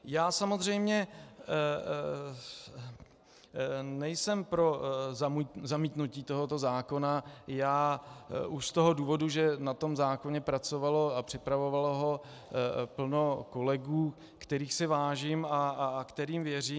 Já samozřejmě nejsem pro zamítnutí tohoto zákona už z toho důvodu, že na tom zákoně pracovalo a připravovalo ho plno kolegů, kterých si vážím a kterým věřím.